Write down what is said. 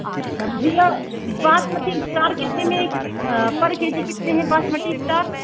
अच्छा भैया बासमती इस्टार कितने में पर के जी कितने हैं बासमटी इस्टार